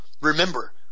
Remember